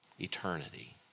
eternity